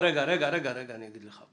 רגע, אני אגיד לך,